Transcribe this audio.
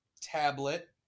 tablet